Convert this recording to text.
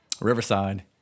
Riverside